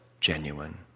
genuine